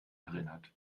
erinnert